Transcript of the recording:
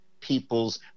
people's